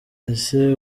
ese